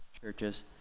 churches